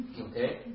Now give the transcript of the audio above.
Okay